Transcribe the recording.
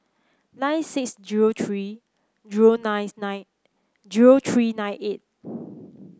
nine six zero three zero ninth nine zero three nine eight